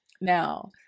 Now